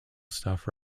stuff